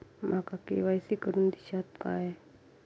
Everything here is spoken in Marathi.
माका के.वाय.सी करून दिश्यात काय?